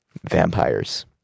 vampires